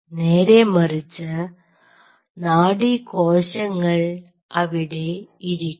നേരെമറിച്ച് നാഡീകോശങ്ങൾ അവിടെ ഇരിക്കും